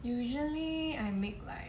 usually I make like